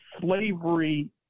slavery